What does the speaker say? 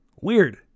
Weird